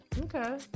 Okay